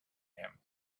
him